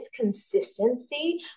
consistency